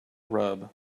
rub